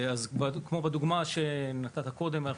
כמו בדוגמא שנתת קודם,